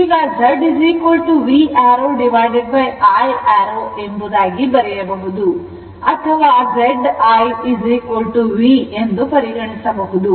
ಈಗ Z V arrowI arrow ಎಂಬುದಾಗಿ ಬರೆಯಬಹುದು ಅಥವಾ ZIV ಎಂದು ಪರಿಗಣಿಸಬಹುದು